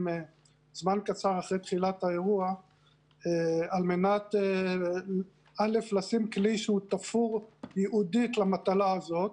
זמן קצר אחרי תחילת האירוע על מנת א' לשים כלי תפור ייעודית למטלה הזאת,